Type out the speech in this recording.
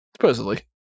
Supposedly